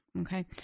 Okay